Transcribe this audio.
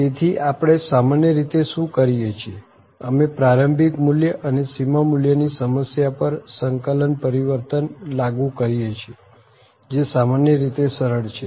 તેથી આપણે સામાન્ય રીતે શું કરીએ છીએ અમે પ્રારંભિક મૂલ્ય અને સીમા મૂલ્યની સમસ્યા પર સંકલન પરિવર્તન લાગુ કરીએ છીએ જે સામાન્ય રીતે સરળ છે